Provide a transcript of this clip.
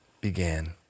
began